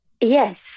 Yes